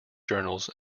journals